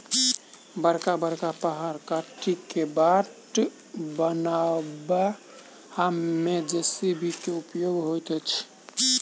बड़का बड़का पहाड़ काटि क बाट बनयबा मे जे.सी.बी के उपयोग होइत छै